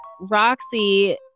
Roxy